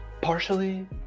partially